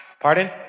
Pardon